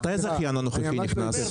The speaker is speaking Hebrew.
מתי הזכיין הנוכחי נכנס?